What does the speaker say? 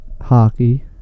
hockey